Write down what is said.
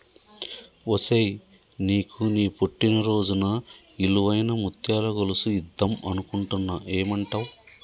ఒసేయ్ నీకు నీ పుట్టిన రోజున ఇలువైన ముత్యాల గొలుసు ఇద్దం అనుకుంటున్న ఏమంటావ్